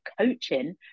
coaching